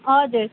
हजुर